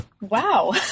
Wow